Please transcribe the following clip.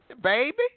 baby